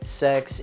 sex